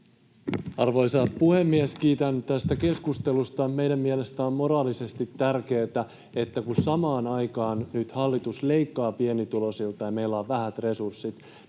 Arvoisa puhemies! Kiitän tästä keskustelusta. Meidän mielestämme on moraalisesti tärkeätä, että kun samaan aikaan nyt hallitus leikkaa pienituloisilta ja meillä on vähät resurssit,